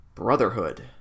Brotherhood